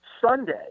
Sunday –